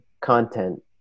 content